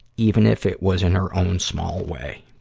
even if it was in her own, small way.